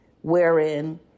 wherein